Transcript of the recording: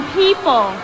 people